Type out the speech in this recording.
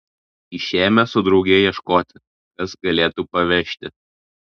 išėjome su drauge ieškoti kas galėtų pavežti